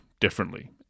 differently